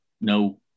no